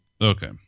Okay